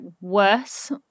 worse